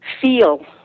feel